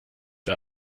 der